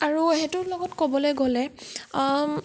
আৰু সেইটোৰ লগত কবলৈ গ'লে